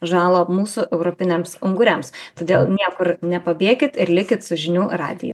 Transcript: žalą mūsų europiniams unguriams todėl niekur nepabėkit ir likit su žinių radiju